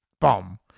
Boom